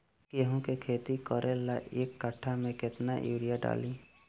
गेहूं के खेती करे ला एक काठा में केतना युरीयाँ डाली?